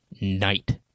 Night